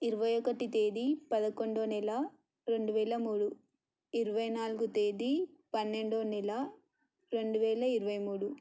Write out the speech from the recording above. ఇరవై ఒకటి తేదీ పదకొండవ నెల రెండు వేల మూడు ఇరవై నాలుగు తేదీ పన్నెండవ నెల రెండు వేల ఇరవై మూడు